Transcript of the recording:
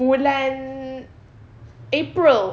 bulan april